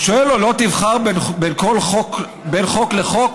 הוא שואל: "לא תבחר בין חוק לחוק,